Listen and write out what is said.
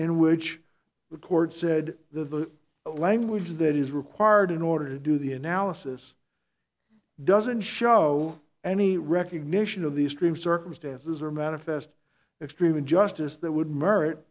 in which the court said the language that is required in order to do the analysis doesn't show any recognition of the stream circumstances or manifest extreme injustice that would merit